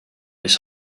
his